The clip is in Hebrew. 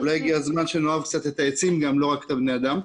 אולי הגיע הזמן שנאהב קצת גם את העצים ולא רק את בני האדם.